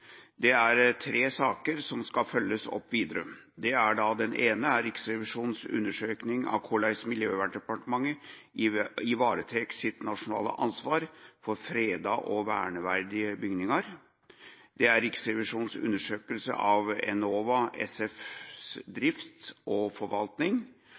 Det er tre saker som skal følges opp videre. Det er: Riksrevisjonens undersøking av korleis Miljøverndepartementet varetek det nasjonale ansvaret sitt for freda og verneverdige bygningar Riksrevisjonens undersøkelse av Enova SFs